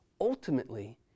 Ultimately